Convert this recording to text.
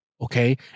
Okay